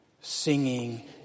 singing